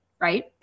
right